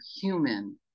human